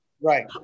Right